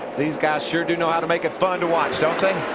these guys sure do know how to make it fun to watch, don't they.